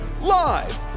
live